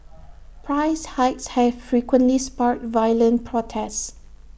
price hikes have frequently sparked violent protests